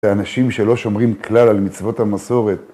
לאנשים שלא שומרים כלל על מצוות המסורת.